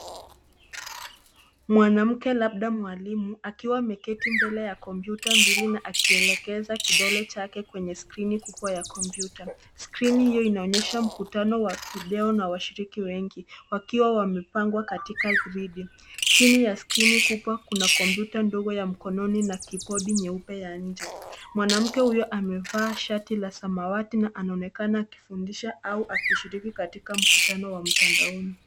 Mwanamke labda mwalimu akiwa ameketi mbele ya kompyuta mbili na akielekeza kidole chake kwenye skrini kubwa ya kompyuta. Skrini hiyo inaonyesha mkutano wa video na washiriki wengi wakiwa wamepangwa katika gridi. Chini ya skrini kubwa kuna kompyuta ndogo ya mkononi na kibodi ndogo ya nje. Mwanamke huyo amevaa shati la samawati na anaonekana akifundisha au akishiriki katika mkutano wa mtandaoni.